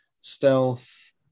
stealth